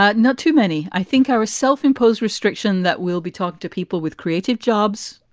ah not too many, i think, are a self-imposed restriction that will be talked to. people with creative jobs,